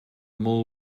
mall